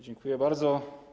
Dziękuję bardzo.